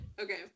Okay